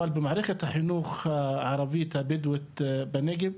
אבל במערכת החינוך הערבית הבדואית בנגב,